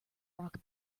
rock